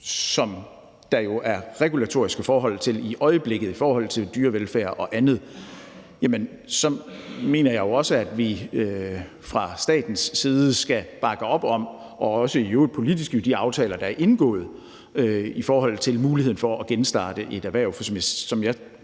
som der jo er regulatoriske forhold til i øjeblikket i forhold til dyrevelfærd og andet, mener jeg jo også, at vi fra statens side skal bakke op om, i øvrigt også politisk i de aftaler, der er indgået, muligheden for at genstarte et erhverv. For som jeg